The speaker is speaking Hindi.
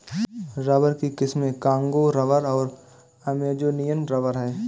रबर की किस्में कांगो रबर और अमेजोनियन रबर हैं